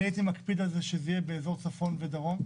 אני הייתי מקפיד על זה שזה יהיה באזור צפון ודרום.